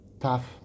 tough